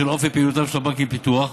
בשל אופי פעולתם של הבנקים לפיתוח,